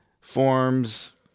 forms